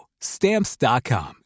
Stamps.com